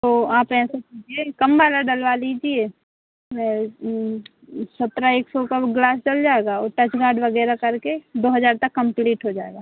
तो आप ऐसा कीजिए कम वाला डलवा लीजिए वे सत्रह एक सौ का वो ग्लास डल जाएगा वो टच ऐड वगैरा करके दो हजार तक कंप्लीट हो जाएगा